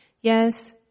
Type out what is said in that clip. yes